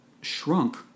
shrunk